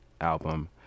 album